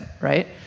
right